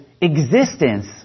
existence